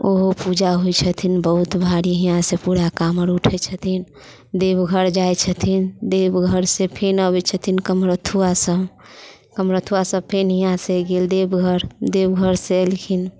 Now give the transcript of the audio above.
ओ पूजा होइ छथिन बहुत भारी यहाँसँ पूरा काँवर उठै छथिन देवघर जाइ छथिन देवघरसँ फेन अबै छथिन कमरथुआ सब कमरथुआ सब फेन हियाँसँ गेल देवघर देवघरसँ अयलखिन